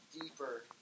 deeper